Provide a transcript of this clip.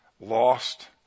Lost